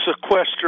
sequester